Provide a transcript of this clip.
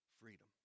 freedom